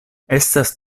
estas